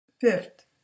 Fifth